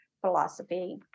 philosophy